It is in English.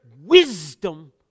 wisdom